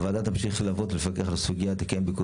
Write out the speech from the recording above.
הוועדה תמשיך לעבוד ולפקח על הסוגיות ותקיים ביקור